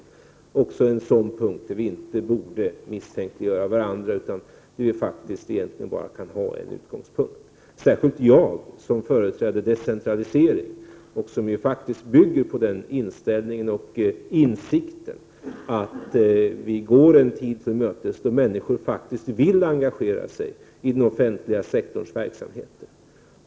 Detta är också en sådan punkt, där vi inte borde misstänkliggöra varandra utan där vi faktiskt egentligen bara kan ha en utgångspunkt — särskilt jag som företräder decentralisering och som faktiskt bygger på den inställning som Prot. 1988/89:114 grundar sig på insikten att vi går en tid till mötes då människor faktiskt vill engagera sig i den offentliga sektorns verksamhet.